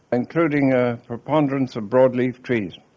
including a preponderance of broad-leafed trees.